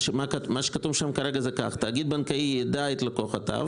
מה שכתוב שם כרגע הוא כך: "תאגיד בנקאי יידע את לקוחותיו,